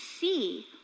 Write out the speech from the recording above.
see